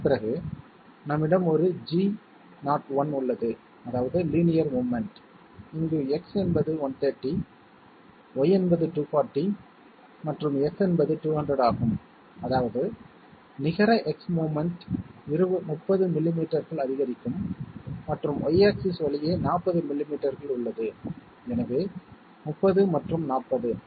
அதன் பிறகு நம்மிடம் ஒரு G01 உள்ளது அதாவது லீனியர் மோவ்மென்ட் இங்கு X என்பது 130 Y என்பது 240 மற்றும் F என்பது 200 ஆகும் அதாவது நிகர X மோவ்மென்ட் 30 மில்லிமீட்டர்கள் அதிகரிக்கும் மற்றும் Y ஆக்ஸிஸ் வழியே 40 மில்லிமீட்டர்கள் உள்ளது எனவே 30 மற்றும் 40